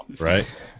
Right